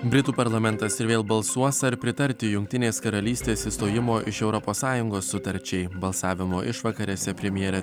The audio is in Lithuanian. britų parlamentas ir vėl balsuos ar pritarti jungtinės karalystės išstojimo iš europos sąjungos sutarčiai balsavimo išvakarėse premjerė